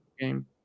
game